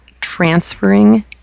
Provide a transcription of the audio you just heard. transferring